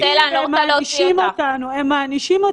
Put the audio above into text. כי זה פוליטי והם מענישים אותנו, יפעת.